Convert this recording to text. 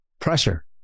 pressure